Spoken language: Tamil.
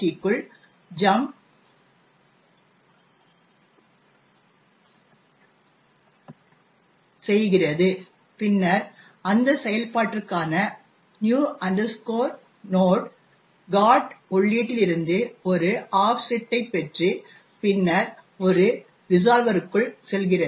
க்குள் ஜம்ப் செய்கிறது பின்னர் அந்த செயல்பாட்டிற்கான நியூ நோடிற்கானnew node GOT உள்ளீட்டிலிருந்து ஒரு ஆஃப்செட்டைப் பெற்று பின்னர் ஒரு ரிசால்வர்க்குள் செல்கிறது